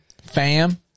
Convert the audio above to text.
Fam